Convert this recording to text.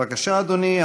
בבקשה, אדוני.